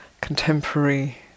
contemporary